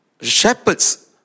shepherds